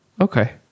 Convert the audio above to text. Okay